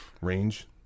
range